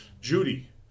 Judy